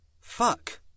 Fuck